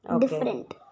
different